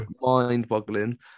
mind-boggling